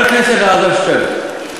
חבר הכנסת אלעזר שטרן,